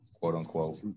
quote-unquote